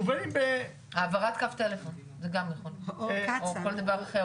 מובאים ב- -- העברת קו טלפון או כל דבר אחר,